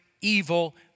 evil